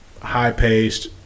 high-paced